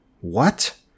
What